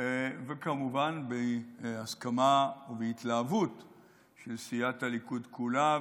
וכמובן בהסכמה ובהתלהבות של סיעת הליכוד כולה,